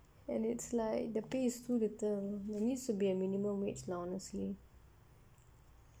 and it's like the pay's too little there needs to be a minimum wage lah honestly